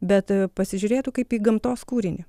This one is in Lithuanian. bet pasižiūrėtų kaip į gamtos kūrinį